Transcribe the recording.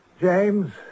James